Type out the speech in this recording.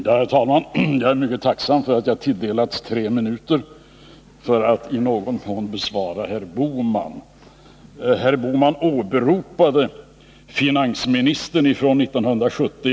Herr talman! Jag är mycket tacksam över att jag har tilldelats tre minuter för att i någon mån svara herr Bohman. Han åberopade finansministern från 1970.